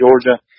Georgia